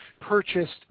purchased